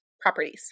properties